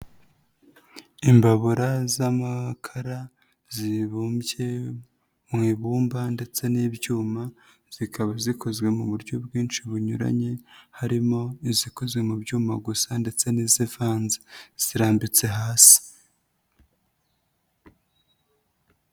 Imbabura z'amakara zibumbye mu ibumba ndetse n'ibyuma zikaba zikozwe mu buryo bwinshi bunyuranye, harimo izikoze mu byuma gusa ndetse n'izivanze. Zirambitse hasi.